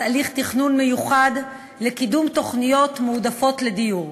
הליך תכנון מיוחד לקידום תוכניות מועדפות לדיור,